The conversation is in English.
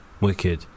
Wicked